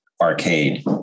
arcade